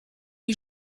les